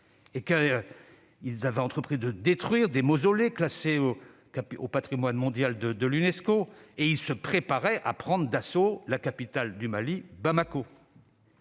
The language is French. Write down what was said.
la charia et de détruire des mausolées classés au patrimoine mondial de l'Unesco. Ils se préparaient à prendre d'assaut la capitale du Mali, Bamako.